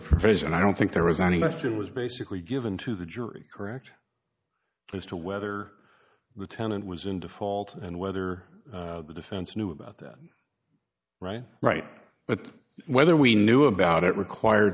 provision i don't think there was any question was basically given to the jury correct as to whether the tenant was in default and whether the defense knew about that right right but whether we knew about it require